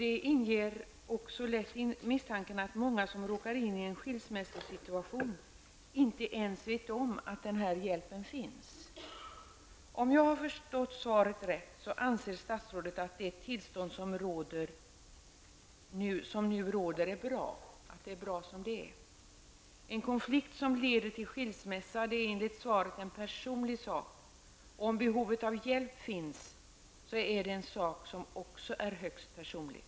Det inger lätt misstanken att många som råkar in i en skilsmässosituation inte ens vet om att denna hjälp finns. Om jag har förstått svaret rätt anser statsrådet att det tillstånd som nu råder är bra, att det är bra som det är. En konflikt som leder till skilsmässa är enligt svaret en personlig sak. Om behovet av hjälp finns, är detta också något högst personligt.